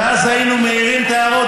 ואז היינו מעירים את ההערות,